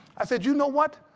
i said you know what?